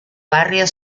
barrio